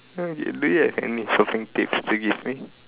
do you have any shopping tips to give me